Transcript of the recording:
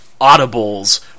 audibles